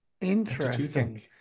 Interesting